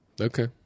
Okay